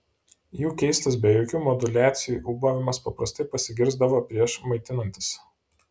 jų keistas be jokių moduliacijų ūbavimas paprastai pasigirsdavo prieš maitinantis